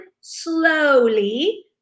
slowly